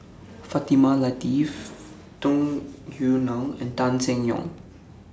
Fatimah Lateef Tung Yue Nang and Tan Seng Yong